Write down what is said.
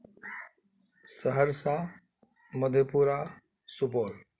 Saharsa Madhepura Supaul